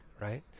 right